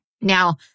Now